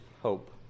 hope